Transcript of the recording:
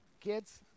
Kids